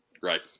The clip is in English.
Right